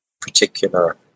particular